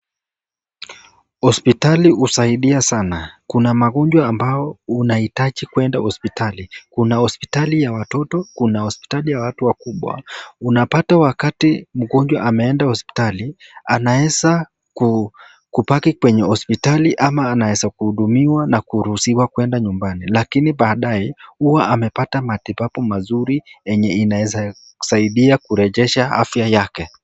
Hospitali husaidia sana. Kuna magonjwa ambao unahitaji kuenda hospitali. Kuna hospitali ya watoto. Kuna hospitali ya watu wakubwa. Unapata wakati mgonjwa ameenda hospitali anaeza kubaki kwenye hospitali ama anaeza kuhudumiwa na kuruhusiwa kwenda nyumbani lakini baadaye huwa amepata matibabu mazuri yenye inaeza saidia kurejesha afya yake.